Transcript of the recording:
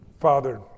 Father